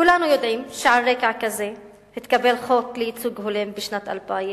כולנו יודעים שעל רקע כזה התקבל חוק לייצוג הולם בשנת 2000,